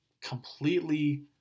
completely